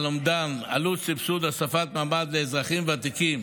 אומדן עלויות סבסוד הוספת ממ"ד לאזרחים ותיקים